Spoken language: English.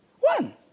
One